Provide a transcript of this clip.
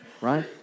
right